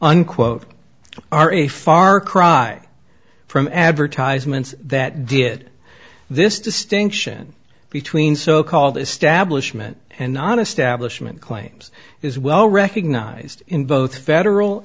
unquote are a far cry from advertisements that did this distinction between so called establishment and non establishment claims is well recognized in both federal